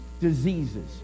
diseases